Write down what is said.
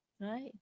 right